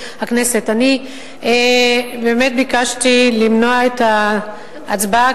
אני באמת ביקשתי למנוע את ההצבעה,